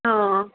હા